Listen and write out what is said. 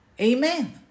Amen